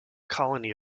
colony